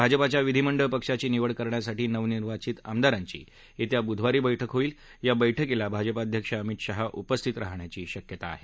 भाजपाच्या विधीमंडळ पक्षाची निवड करण्यासाठी नवनिर्वाचित आमदारांची येत्या बुधवारी बस्क्र होणार आहे या बस्क्रील भाजपाध्यक्ष अमित शहा उपस्थित राहण्याची शक्यता आहे